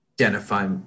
identify